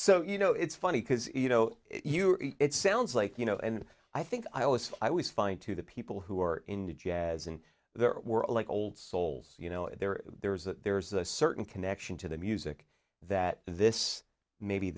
so you know it's funny because you know you're it sounds like you know and i think i always i always find to the people who are into jazz and there were like old souls you know there there is that there's a certain connection to the music that this maybe